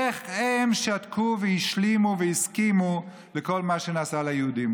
איך הם שתקו והשלימו והסכימו לכל מה שנעשה ליהודים.